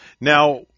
Now